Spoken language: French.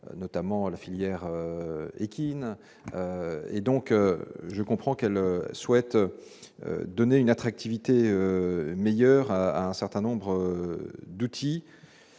notamment la filière équine et donc. Je comprends qu'elle souhaite donner une attractivité meilleur un certain nombre d'outils